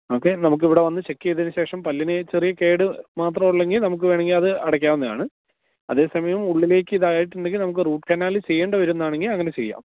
okay നമുക്കിവിടെ വന്ന് check ചെയ്തതിന് ശേഷം പല്ലിന് ചെറിയ കേട് മാത്രമേയുള്ളൂവെങ്കില് നമുക്ക് വേണമെങ്കില് അത് അടയ്ക്കാവുന്നതാണ് അതേസമയം ഉള്ളിലേക്ക് ഇതായിട്ടുണ്ടെങ്കില് നമുക്ക് റൂട്ട് കനാല് ചെയ്യേണ്ടിവരുമെന്നാണെങ്കില് അങ്ങനെ ചെയ്യാം